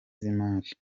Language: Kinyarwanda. z’imari